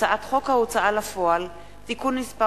מטעם הממשלה: הצעת חוק השיפוט הצבאי (תיקון מס'